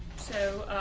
so,